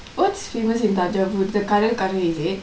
what's famous in tanjore the கடல்கரை:kadalkarai is it